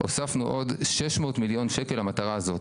הוספנו עוד 600 מיליון שקל למטרה הזאת.